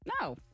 No